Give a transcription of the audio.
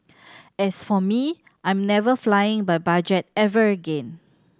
as for me I'm never flying by budget ever again